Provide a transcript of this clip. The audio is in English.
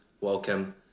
welcome